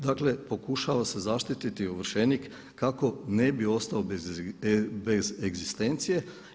Dakle, pokušava se zaštititi ovršenik kako ne bi ostao bez egzistencije.